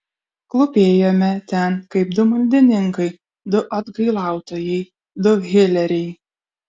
klūpėjome ten kaip du maldininkai du atgailautojai du hileriai